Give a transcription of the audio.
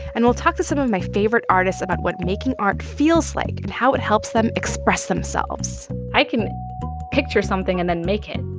and we'll talk to some of my favorite artists about what making art feels like and how it helps them express themselves i can picture something and then make it.